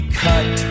cut